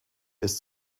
ist